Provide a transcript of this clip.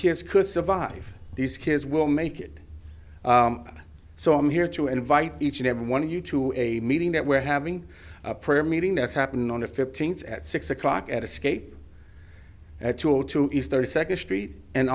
kids could survive these kids will make it so i'm here to invite each and every one of you to a meeting that we're having a prayer meeting that's happening on the fifteenth at six o'clock at escape at all to use thirty second street and